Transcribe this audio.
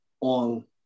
on